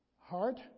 Heart